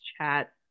chat